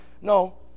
no